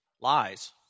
lies